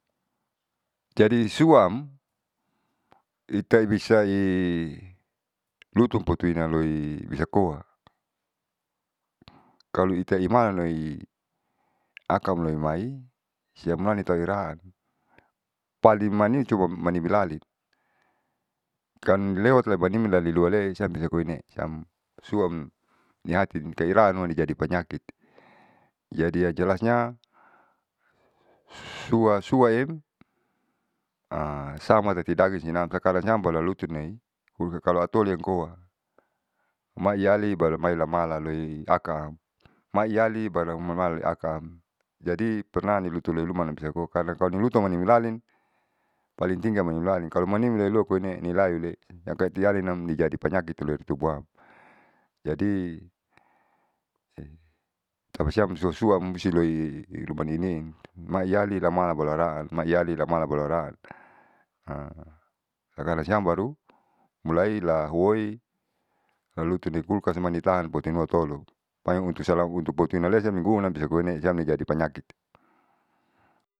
Jadi suam ita i bisa i lotun potuinaloi bisa koa kalo ita imalaloi akan mulai mai siamani tau hiraan padi manimi coba manibilali kan lewat la manimiluale siam bisa koine siam suam niatin teilan di panyakiti. jadi yang jelasnya suasuaem sama tati danging sinam sakarangnam baru lalutunei kulkas jalu atoliankoa maiiyali baru mailaloiakan mai iyali baru mai oliakam. Jadi pernah nilutulenumasiamko karna kalo nilutumanimialin paling tinggi amoimulalin kalu manimileilo koine nilalile yang kaitialenam jadi panyaki ditulen tubuam jadi tapasiam suasuamsiloi i rumanine maiyali maibalara la maiyali mabalara sakarang siam baru mulaila huoi lalutun te kulkas manitahan potinluatolo paling untuk sala potinalesa mingguanam bisa koine siamne jadi panyaki.